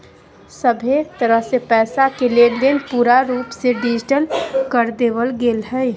सभहे तरह से पैसा के लेनदेन पूरा रूप से डिजिटल कर देवल गेलय हें